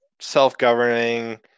self-governing